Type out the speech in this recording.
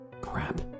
Crap